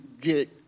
get